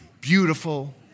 beautiful